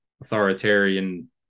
authoritarian